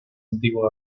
antigua